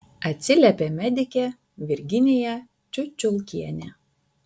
atsiliepė medikė virginija čiučiulkienė